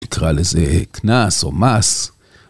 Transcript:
יקרא לזה קנס או מס.